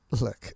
Look